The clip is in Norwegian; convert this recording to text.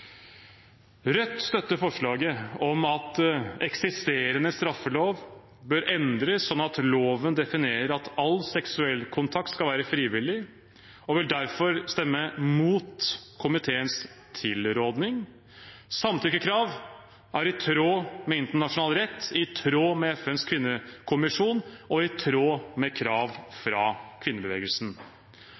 Rødt støtter forslaget om at eksisterende straffelov bør endres sånn at loven definerer at all seksuell kontakt skal være frivillig, og vil derfor stemme mot komiteens tilråding. Samtykkekrav er i tråd med internasjonal rett, i tråd med FNs kvinnekommisjon og i tråd med krav fra kvinnebevegelsen.